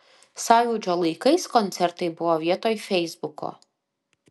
sąjūdžio laikais koncertai buvo vietoj feisbuko